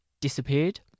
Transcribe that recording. disappeared